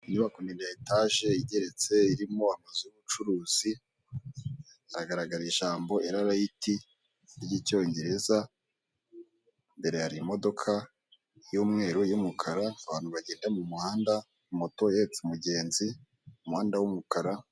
Inyubako ndende ya etage igeretse irimo amazu y'ubucuruzi, haragaragara ijambo erarayiti ry'icyongereza. Imbere hari imodoka y'umweru y'umukara, abantu bagenda mu muhanda, moto ihetse umugenzi, umuhanda w'umukara.